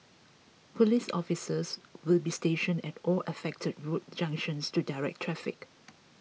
police officers will be stationed at all affected road junctions to direct traffic